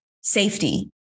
safety